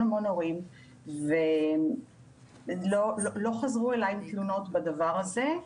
הורים ולא חזרו אליי עם תלונות בדבר הזה.